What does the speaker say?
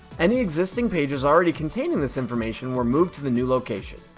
any existing pages already containing this information were moved to the new location.